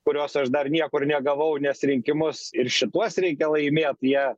kurios aš dar niekur negavau nes rinkimus ir šituos reikia laimėt jie